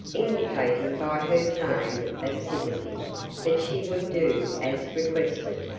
indicating by her tone of sympathy that she would do as requested.